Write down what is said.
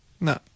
No